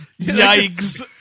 Yikes